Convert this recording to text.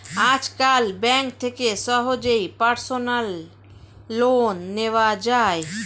আজকাল ব্যাঙ্ক থেকে সহজেই পার্সোনাল লোন নেওয়া যায়